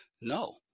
No